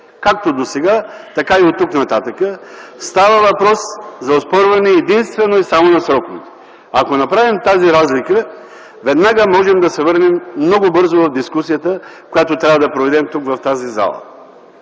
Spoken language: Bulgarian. както досега, така и оттук нататък. Става въпрос за оспорване единствено и само на срокове. Ако направим тази разлика, веднага можем да се върнем много бързо в дискусията, която трябва да проведем тук, в тази зала.